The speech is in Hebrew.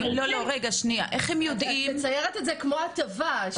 את מציירת את זה כהטבה,